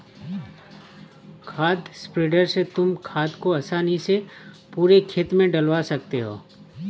खाद स्प्रेडर से तुम खाद को आसानी से पूरे खेत में डलवा सकते हो